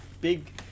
big